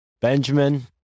benjamin